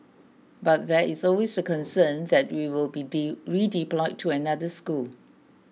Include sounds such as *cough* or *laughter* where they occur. but there is always the concern that we will be *unintelligible* redeployed to another school